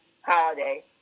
holiday